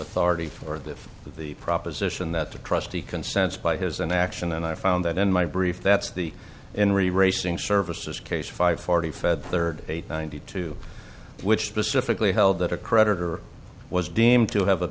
authority for the if the proposition that the trustee consents by has an action and i found that in my brief that's the inri racing services case five forty fed thirty eight ninety two which specifically held that a creditor was deemed to have